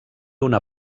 una